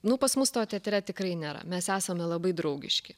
nu pas mus to teatre tikrai nėra mes esame labai draugiški